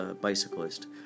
Bicyclist